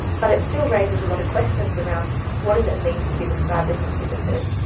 but it still raises a lot of questions around what does it mean to be described as inhibited,